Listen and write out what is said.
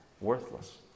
worthless